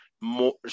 more